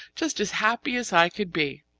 just as happy as i could be.